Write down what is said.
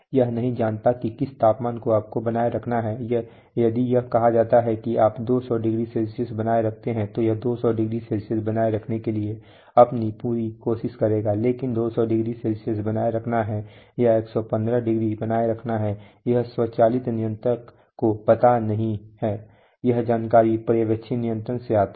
यह नहीं जानता कि किस तापमान को बनाए रखना है यदि यह कहा जाता है कि आप 200˚C बनाए रखते हैं तो यह 200˚ बनाए रखने के लिए अपनी पूरी कोशिश करेगा लेकिन 200˚ बनाए रखना है या 115˚ बनाए रखना है यह स्वचालित नियंत्रक को नहीं पता है यह जानकारी पर्यवेक्षी नियंत्रक से आते हैं